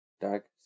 dark